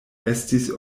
estis